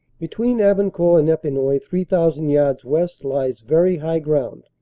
between abancourt and epinoy, three thousand yards west, lies very high ground,